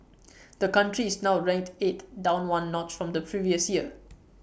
the country is now ranked eighth down one notch from the previous year